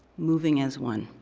moving as one.